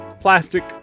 plastic